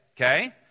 Okay